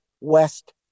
west